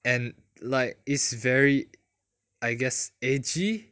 and like it's very I guess edgy